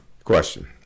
question